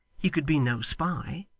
he could be no spy,